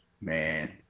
Man